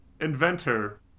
inventor